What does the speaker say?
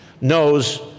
knows